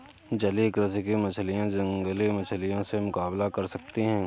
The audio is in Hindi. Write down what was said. जलीय कृषि की मछलियां जंगली मछलियों से मुकाबला कर सकती हैं